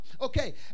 Okay